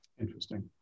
Interesting